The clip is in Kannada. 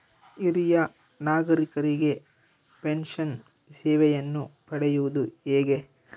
ಹಿರಿಯ ನಾಗರಿಕರಿಗೆ ಪೆನ್ಷನ್ ಸೇವೆಯನ್ನು ಪಡೆಯುವುದು ಹೇಗೆ?